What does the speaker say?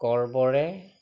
গৰ্বৰে